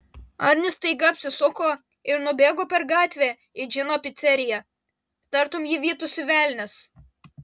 arnis staiga apsisuko ir nubėgo per gatvę į džino piceriją tartum jį vytųsi velnias